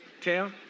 tell